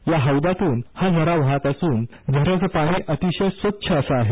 या हौदातून हा झरा वाहत असून झऱ्याचे पाणी अतिशय स्वच्छ असे आहे